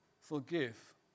forgive